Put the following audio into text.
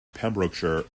pembrokeshire